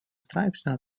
straipsnių